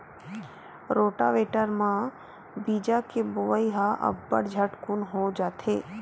rotavator म बीजा के बोवई ह अब्बड़ झटकुन हो जाथे